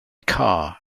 car